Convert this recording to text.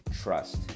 trust